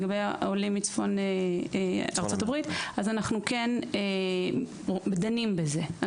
העולים מצפון ארצות-הברית אנחנו דנים בזה.